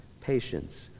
patience